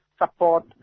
support